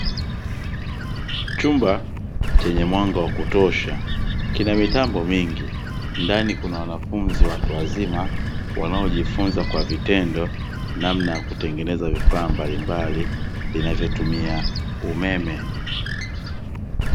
Chumba chenye mwanga wa kutosha kina mitambo mingi, ndani kuna wanafunzi watu wazima wanao jifunza kwa vitendo, namna ya kutengeneza vifaa mbalimbali vinavyotumia umeme.